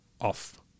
off